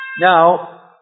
Now